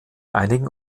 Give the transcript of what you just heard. einigen